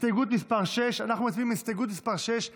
הסתייגות מס' 6. אנחנו מצביעים על הסתייגות מס' 6,